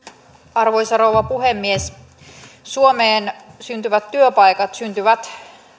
arvoisa rouva puhemies suomeen syntyvät työpaikat syntyvät